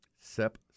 Sep